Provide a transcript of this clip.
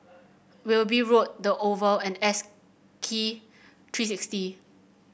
Wilby Road the Oval and S Key three sixty